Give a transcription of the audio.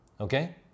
okay